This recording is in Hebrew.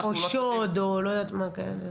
שנקבעו בחוק.